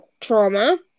trauma